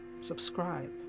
subscribe